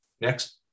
next